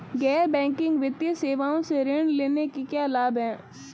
गैर बैंकिंग वित्तीय सेवाओं से ऋण लेने के क्या लाभ हैं?